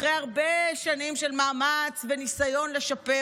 אחרי הרבה שנים של מאמץ וניסיון לשפר,